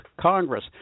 Congress